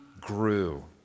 grew